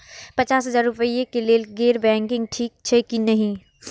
पचास हजार रुपए के लेल गैर बैंकिंग ठिक छै कि नहिं?